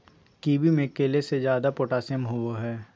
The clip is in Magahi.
कीवी में केले से ज्यादा पोटेशियम होबो हइ